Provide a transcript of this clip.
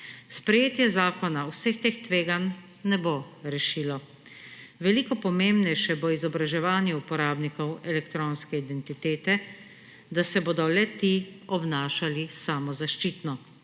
Sprejetje zakona vseh teh tveganj ne bo rešilo. Veliko pomembnejše bo izobraževanje uporabnikov elektronske identitete, da se bodo le-ti obnašali samozaščitno.